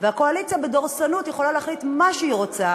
והקואליציה בדורסנות יכולה להחליט מה שהיא רוצה